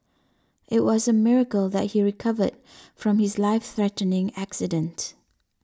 it was a miracle that he recovered from his life threatening accident